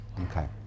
Okay